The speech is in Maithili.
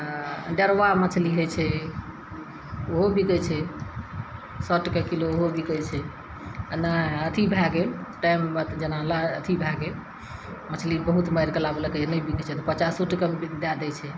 आ डेरबा मछली हइ छै ओहो बिकै छै सए टके किलो ओहो बिकै छै आ नहि अथी भए गेल टाइम जेना अथी भए गेल मछली बहुत मारि कऽ लाबलकै नहि बिकै छै तऽ पचासो टके मे दए दै छै